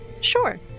Sure